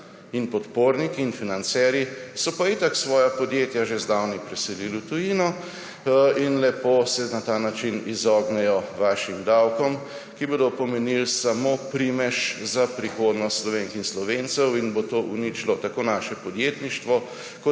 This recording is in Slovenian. in podporniki in financerji, so pa itak svoja podjetja že zdavnaj preselili v tujino in lepo se na ta način izognejo vašim davkom, ki bodo pomenili samo primež za prihodnost Slovenk in Slovencev in bo to uničilo tako naše podjetniško